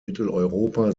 mitteleuropa